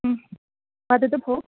वदतु भोः